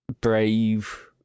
brave